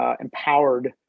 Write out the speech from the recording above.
empowered